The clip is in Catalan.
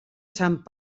sant